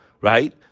right